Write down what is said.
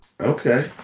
Okay